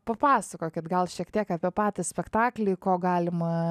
papasakokit gal šiek tiek apie patį spektaklį ko galima